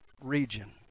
region